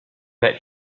that